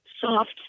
soft